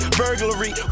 burglary